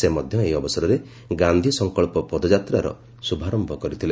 ସେ ମଧ୍ୟ ଏହି ଅବସରରେ ଗାନ୍ଧି ସଂକଳ୍ପ ପଦଯାତ୍ରାର ଶୁଭାରମ୍ଭ କରିଥିଲେ